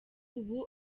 ubu